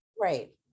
Right